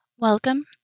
Welcome